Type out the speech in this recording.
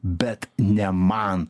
bet ne man